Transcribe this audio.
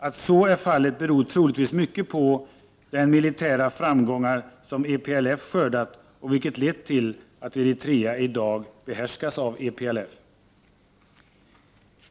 Att så är fallet beror troligtvis mycket på de militära framgångar som EPLF skördat, vilka lett till att Eritrea i dag behärskas av EPLF.